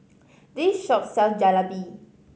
this shop sells Jalebi